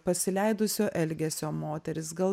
pasileidusio elgesio moteris gal